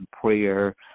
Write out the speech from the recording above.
prayer